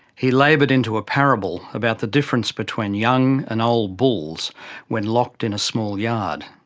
he laboured into a parable about the difference between young and old bulls when locked in a small yard.